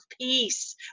peace